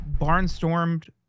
barnstormed